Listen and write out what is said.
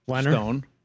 Stone